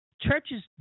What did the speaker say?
Churches